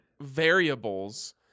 variables